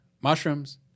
mushrooms